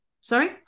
Sorry